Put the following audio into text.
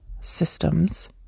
systems